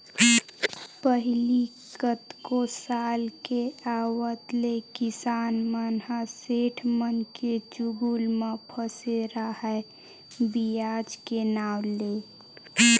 पहिली कतको साल के आवत ले किसान मन ह सेठ मनके चुगुल म फसे राहय बियाज के नांव ले